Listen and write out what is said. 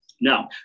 Now